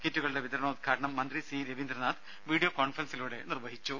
കിറ്റുകളുടെ വിതരണോദ്ഘാടനം മന്ത്രി സി രവീന്ദ്രനാഥ് വീഡിയോ കോൺഫറൻസിലൂടെ നിർവഹിച്ചു